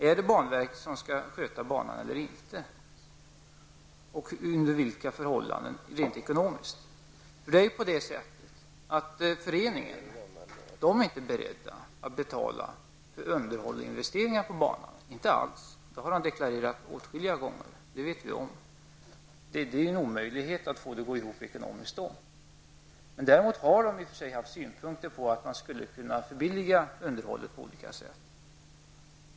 Är det banverket som skall sköta banan eller hur är det? Och under vilka förhållanden, rent ekonomiskt, skall detta ske? Föreningen är ju inte alls beredd att betala för underhåll och investeringar på banan. Det har man deklararerat åtskilliga gånger, så det vi. Det skulle vara en omöjlighet att få det hela att gå ihop ekonomiskt. Däremot har man i och för sig haft synpunkter på detta med att förbilliga underhållet på olika sätt.